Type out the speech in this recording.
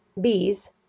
Bees